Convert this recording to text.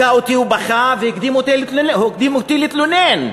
הכה אותי ובכה והקדים אותי והתלונן.